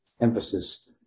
emphasis